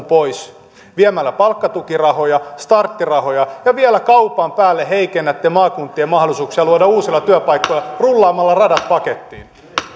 pois viemällä palkkatukirahoja starttirahoja ja vielä kaupan päälle heikennätte maakuntien mahdollisuuksia luoda uusia työpaikkoja rullaamalla radat pakettiin